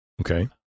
Okay